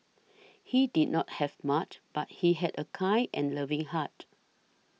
he did not have much but he had a kind and loving heart